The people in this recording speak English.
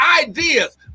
ideas